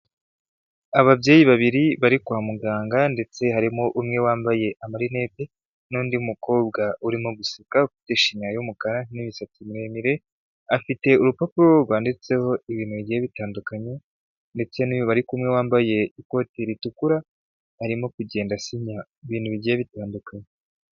Ababyeyi babiri bari kwa muganga ndetse harimo umwe wambaye amarinete n'undi mukobwa urimo guseka ufite ishinya y'umukara n'ibisatsi miremire, afite urupapuro rwanditseho ibintu bigiye bitandukanye ndetse n'uyu bari kumwe wambaye ikote ritukura arimo kugenda asinya ibintu bigiye bitandukanye.